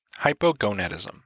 hypogonadism